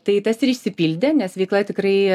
tai tas ir išsipildė nes veikla tikrai